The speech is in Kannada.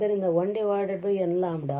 ಆದ್ದರಿಂದ 1 n